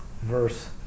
verse